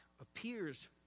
appears